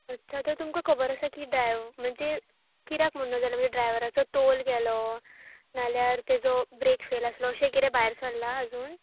अच्छा तर तुमकां खबर आसा की म्हणचे कित्याक म्हणून जालो ड्रायव्हराचो तोल गेलो ना जाल्यार ताचो ब्रॅक फेल आसलो अशें कितें भायर सरलां आजून